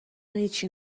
هیچی